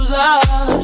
love